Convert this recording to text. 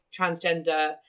transgender